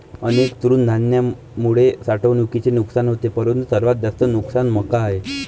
अनेक तृणधान्यांमुळे साठवणुकीचे नुकसान होते परंतु सर्वात जास्त नुकसान मका आहे